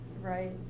Right